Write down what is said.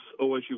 OSU